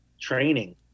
training